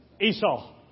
Esau